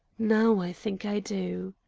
now i think i do.